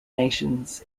nations